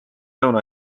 lõuna